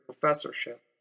professorship